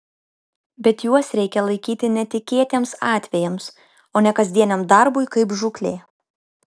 bet juos reikia laikyti netikėtiems atvejams o ne kasdieniam darbui kaip žūklė